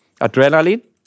Adrenaline